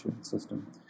system